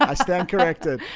ah stand corrected.